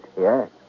Yes